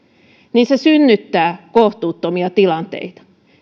se synnyttää kohtuuttomia tilanteita